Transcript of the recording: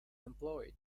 employed